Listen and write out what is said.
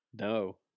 No